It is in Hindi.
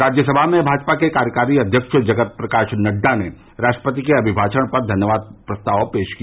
राज्य सभा में भाजपा के कार्यकारी अध्यक्ष जगत प्रकाश नड्डा ने राष्ट्रपति के अभिभाषण पर धन्यवाद प्रस्ताव पेश किया